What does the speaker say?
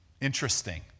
interesting